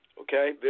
okay